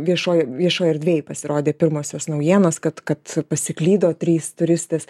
viešoj viešoj erdvėj pasirodė pirmosios naujienos kad kad pasiklydo trys turistės